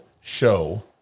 show